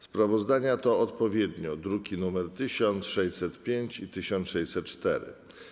Sprawozdania to odpowiednio druki nr 1605 i 1604.